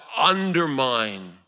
undermine